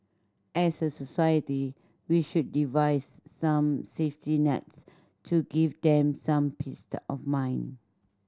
as a society we should devise some safety nets to give them some of mind